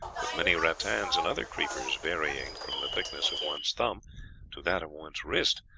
with many rattans and other creepers varying from the thickness of one's thumb to that of one's wrist,